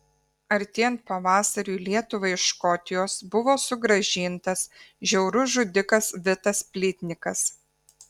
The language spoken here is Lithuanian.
artėjant pavasariui į lietuvą iš škotijos buvo sugrąžintas žiaurus žudikas vitas plytnikas